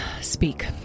speak